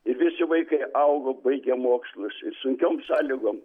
ir visi vaikai augo baigė mokslus ir sunkiom sąlygom